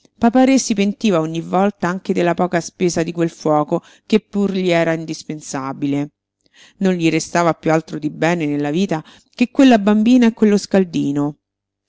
papa-re si pentiva ogni volta anche della poca spesa di quel fuoco che pur gli era indispensabile non gli restava piú altro di bene nella vita che quella bambina e quello scaldino